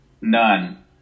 None